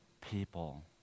people